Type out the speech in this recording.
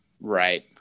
Right